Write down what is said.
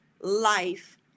life